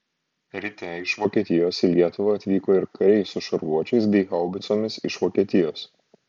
ryte iš vokietijos į lietuvą atvyko ir kariai su šarvuočiais bei haubicomis iš vokietijos